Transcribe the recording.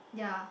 yeah